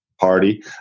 party